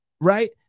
Right